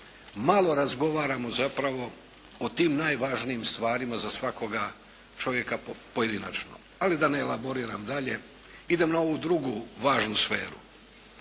malo razgovaramo zapravo o tim najvažnijim stvarima za svakoga čovjeka pojedinačno. Ali da ne elaboriram dalje. Idem na ovu drugu važnu sferu.